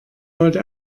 wollte